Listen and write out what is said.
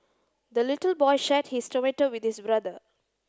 the little boy shared his tomato with his brother